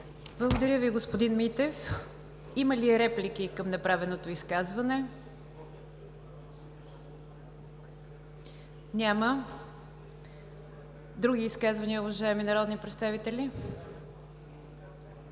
Благодаря Ви, господин Митев. Има ли реплики към направеното изказване? Няма. Други изказвания, уважаеми народни представители?